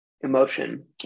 emotion